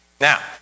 Now